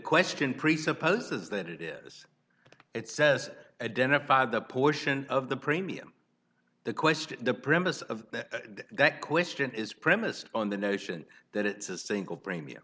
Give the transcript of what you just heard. presupposes that it is it says identify the portion of the premium the question the premise of that question is premised on the notion that it's a single premium